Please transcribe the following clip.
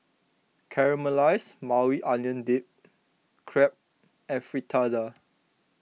Caramelized Maui Onion Dip Crepe and Fritada